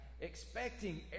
expecting